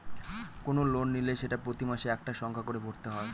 কোনো লোন নিলে সেটা প্রতি মাসে একটা সংখ্যা করে ভরতে হয়